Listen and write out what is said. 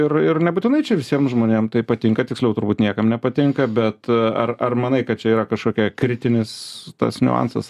ir ir nebūtinai čia visiem žmonėm tai patinka tiksliau turbūt niekam nepatinka bet ar ar manai kad čia yra kažkokia kritinis tas niuansas